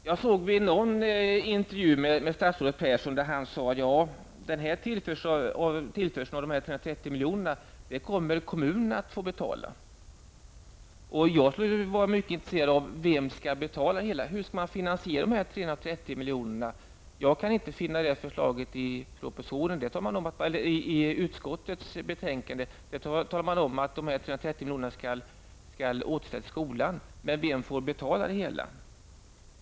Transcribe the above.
Jag hörde vid någon intervju med statsrådet Göran Persson att han sade att den här tillförseln av 330 miljoner kommer kommunerna att få betala. Jag skulle vara mycket intresserad av att få veta vem som skall betala detta. Hur kommer förslaget att finansieras? Det kan jag inte finna i utskottets betänkande. Man talar om att dessa 330 miljoner skall återföras till skolan. Men vem får betala det hela?